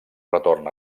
retorn